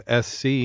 SC